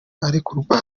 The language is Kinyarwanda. arekurwa